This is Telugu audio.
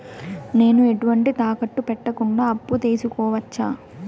నేను ఎటువంటి తాకట్టు పెట్టకుండా అప్పు తీసుకోవచ్చా?